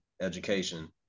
education